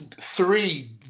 three